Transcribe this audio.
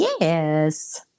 Yes